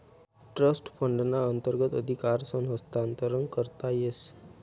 trust फंडना अंतर्गत अधिकारसनं हस्तांतरण करता येस